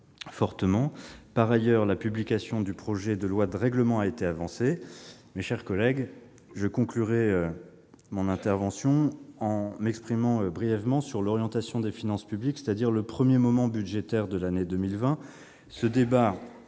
finances. Par ailleurs, la publication du projet de loi de règlement a été avancée. Mes chers collègues, je conclurai mon intervention en m'exprimant brièvement sur l'orientation des finances publiques, c'est-à-dire le premier moment budgétaire de l'année 2020. Ce débat